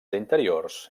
interiors